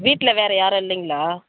வீட்டில் வேறே யாரும் இல்லைங்களா